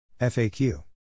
FAQ